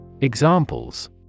Examples